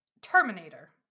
Terminator